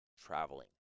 traveling